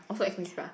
also expensive ah